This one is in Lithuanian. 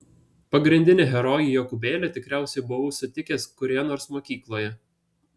pagrindinį herojų jokūbėlį tikriausiai buvau sutikęs kurioje nors mokykloje